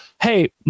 Hey